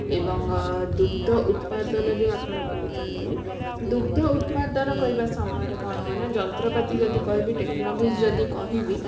ଏବଂ ଦୁଗ୍ଧ ଉତ୍ପାଦନ ଯେଉଁ ଆପଣ କହୁଛନ୍ତି ଦୁଗ୍ଧ ଉତ୍ପାଦନ କରିବା ସମୟରେ କ'ଣ ହୁଏ ନା ଯନ୍ତ୍ରପାତି ଯଦି କହିବି ଟେକ୍ନୋଲୋଜି ଯଦି କହିବି